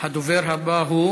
הדובר הבא הוא